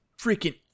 freaking